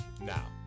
now